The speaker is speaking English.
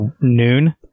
noon